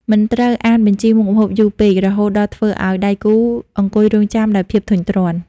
មិនត្រូវអានបញ្ជីមុខម្ហូបយូរពេក រហូតដល់ធ្វើឱ្យដៃគូអង្គុយរង់ចាំដោយភាពធុញទ្រាន់។